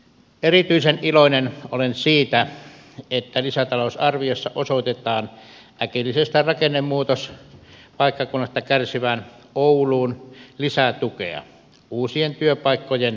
erityisen iloinen olen siitä että lisätalousarviossa osoitetaan äkillisestä rakennemuutoksesta kärsivään ouluun lisätukea uusien työpaikkojen luomiseksi